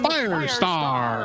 Firestar